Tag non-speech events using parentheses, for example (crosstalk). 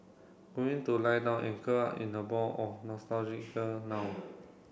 going to lie down and curl up in a ball of (unintelligible) now